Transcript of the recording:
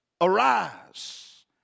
Arise